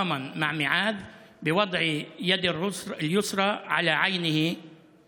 להביע הזדהות עם מועאז בכך שנשים את היד השמאלית על העין ונאמר בזאת: